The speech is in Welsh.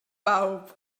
bawb